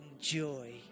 joy